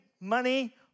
money